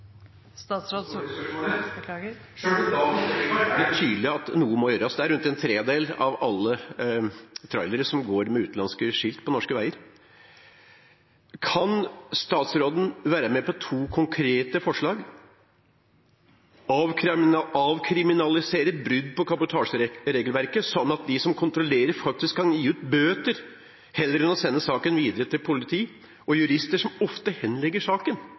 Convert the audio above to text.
tydelig at noe må gjøres. Det er rundt en tredel av alle trailere som går med utenlandske skilt på norske veier. Kan statsråden være med på to konkrete forslag – først om å avkriminalisere brudd på kabotasjeregelverket, sånn at de som kontrollerer, faktisk kan skrive ut bøter heller enn å sende saken videre til politiet og jurister, som ofte henlegger saken